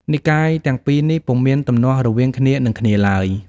និកាយទាំងពីរនេះពុំមានទំនាស់រវាងគ្នានឹងគ្នាឡើយ។